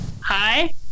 hi